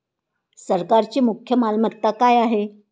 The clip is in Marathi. सरकारची मुख्य मालमत्ता काय आहे?